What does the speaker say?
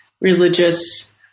religious